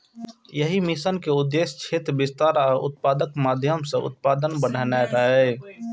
एहि मिशन के उद्देश्य क्षेत्र विस्तार आ उत्पादकताक माध्यम सं उत्पादन बढ़ेनाय रहै